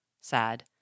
Sad